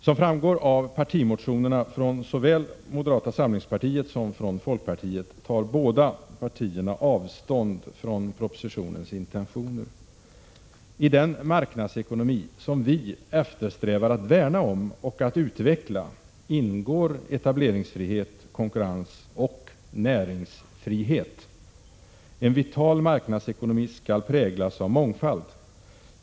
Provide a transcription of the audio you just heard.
Som framgår av partimotionerna från såväl moderata samlingspartiet som folkpartiet tar båda partierna avstånd från propositionens intentioner. I den marknadsekonomi som vi eftersträvar att värna om och att utveckla ingår etableringsfrihet, konkurrens och näringsfrihet. En vital marknadsekonomi skall präglas av mångfald.